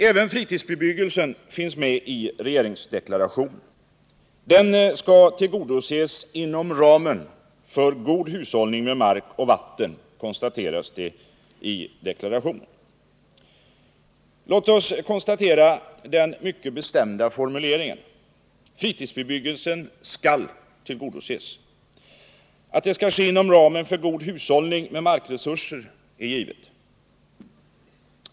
Även fritidsbebyggelsen finns med i regeringsdeklarationen. Där konstateras att behovet av en sådan skall tillgodoses inom ramen för god hushållning med mark och vatten. Låt oss lägga märke till den mycket beslämda formuleringen. Fritidsbebyggelsen skall tillgodoses. Att det skall ske inom ramen för god hushållning med markresurserna är givet.